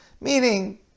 meaning